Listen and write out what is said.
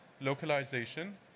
localization